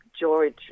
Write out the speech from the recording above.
George